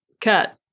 cut